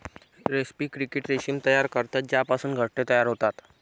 रेस्पी क्रिकेट रेशीम तयार करतात ज्यापासून घरटे तयार होतात